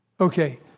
Okay